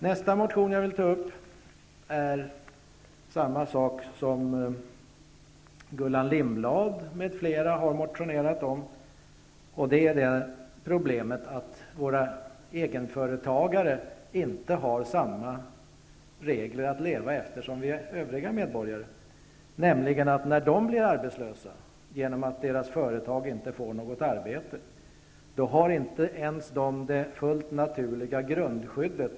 Nästa motion berör samma fråga som Gullan Lindblad m.fl. har motionerat om, nämligen problemet att våra egenföretagare inte har samma regler att leva efter som övriga medborgare. När de blir arbetlösa, genom att deras företag inte får något arbete, har de inte ens det fullt naturliga grundskyddet.